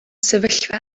sefyllfa